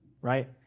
right